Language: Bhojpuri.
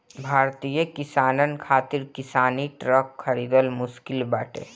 भारतीय किसानन खातिर किसानी ट्रक खरिदल मुश्किल बाटे